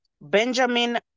Benjamin